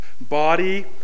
body